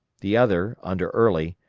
the other, under early,